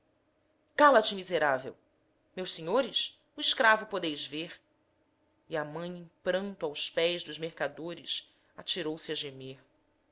cala-te miserável meus senhores o escravo podeis ver e a mãe em pranto aos pés dos mercadores